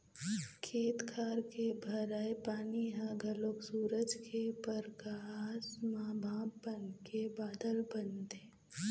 खेत खार के भराए पानी ह घलोक सूरज के परकास म भाप बनके बादर बनथे